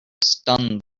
stunned